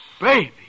baby